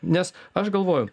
nes aš galvoju